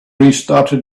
restarted